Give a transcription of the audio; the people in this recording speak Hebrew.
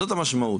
זאת המשמעות.